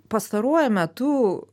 pastaruoju metu